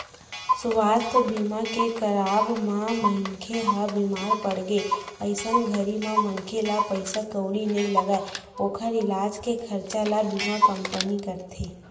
सुवास्थ बीमा के कराब म मनखे ह बीमार पड़गे अइसन घरी म मनखे ला पइसा कउड़ी नइ लगय ओखर इलाज के खरचा ल बीमा कंपनी करथे